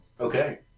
Okay